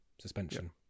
suspension